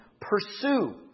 Pursue